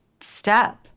step